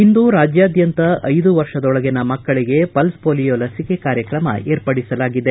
ಇಂದು ರಾಜ್ಯಾದ್ಯಂತ ಐದು ವರ್ಷದೊಳಗಿನ ಮಕ್ಕಳಿಗೆ ಪಲ್ಲ್ ಮೋಲಿಯೊ ಲಸಿಕೆ ಕಾರ್ಯಕ್ರಮ ಏರ್ಪಡಿಸಲಾಗಿದೆ